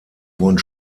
wurden